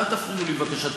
ואל תפריעו לי בבקשה,